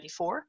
1994